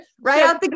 Right